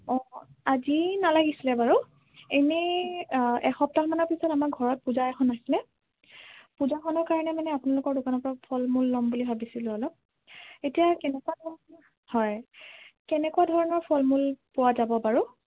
অঁ আজি নালাগিছিলে বাৰু এনেই এসপ্তাহমানৰ পিছত আমাৰ ঘৰত পূজা এখন আছিলে পূজাখনৰ কাৰণে মানে আপোনালোকৰ দোকানৰ পৰা ফল মূল ল'ম বুলি ভাবিছিলোঁ অলপ এতিয়া কেনেকুৱা ধৰণৰ হয় কেনেকুৱা ধৰণৰ ফল মূল পোৱা যাব বাৰু